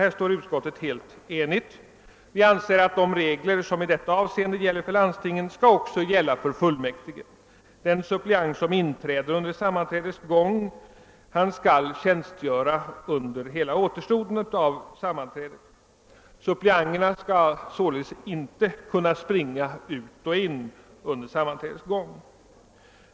Härvidlag är utskottet helt enigt. Vi anser att de reg ler som i detta avsende gäller för landstingen också skall gälla för fullmäktige. Den suppleant som inträder under sammanträdets gång skall tjänstgöra under hela återstoden av sammanträdet. Suppleanterna skall således inte kunna springa ut och in under sammanträdets gång.